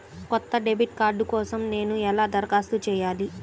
కొత్త debit card కోసం నేను ఎలా దరఖాస్తు చేయాలి?